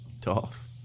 Tough